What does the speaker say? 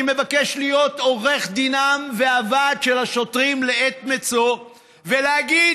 אני מבקש להיות עורך דינם והוועד של העובדים לעת מצוא ולהגיד: